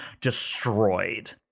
destroyed